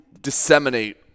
disseminate